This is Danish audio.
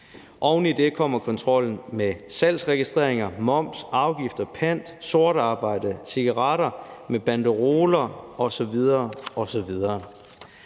Oven i det kommer kontrollen med salgsregistreringer, moms, afgifter, pant, sort arbejde, cigaretter med banderoler osv. osv.